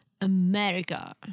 America